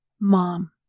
Mom